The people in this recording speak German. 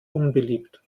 unbeliebt